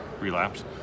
relapse